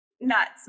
nuts